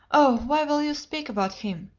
oh, why will you speak about him?